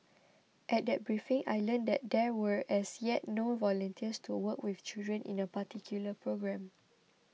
at that briefing I learnt that there were as yet no volunteers to work with children in a particular programme